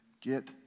get